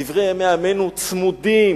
דברי ימי עמנו צמודים,